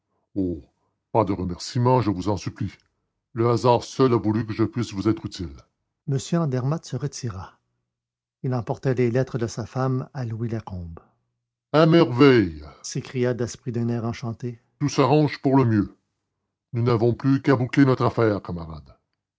pas de remerciements je vous en supplie le hasard seul a voulu que je pusse vous être utile m andermatt se retira il emportait les lettres de sa femme à louis lacombe à merveille s'écria daspry d'un air enchanté tout s'arrange pour le mieux nous n'avons plus qu'à boucler notre affaire camarade